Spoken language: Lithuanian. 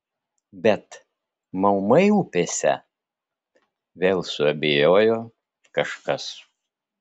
bet maumai upėse vėl suabejojo kažkas